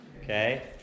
okay